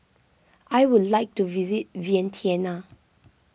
I would like to visit Vientiane